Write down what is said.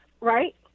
right